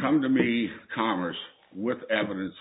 come to me commerce with evidence